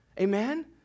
amen